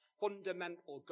fundamental